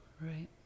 right